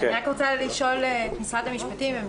אני רק רוצה לשאול את משרד המשפטים ואת